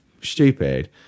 stupid